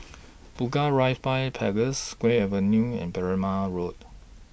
Bunga Rampai Place Gul Avenue and Berrima Road